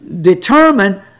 determine